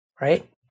right